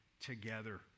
together